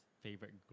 favorite